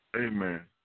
Amen